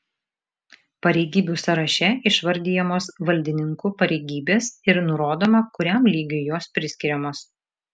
pareigybių sąraše išvardijamos valdininkų pareigybės ir nurodoma kuriam lygiui jos priskiriamos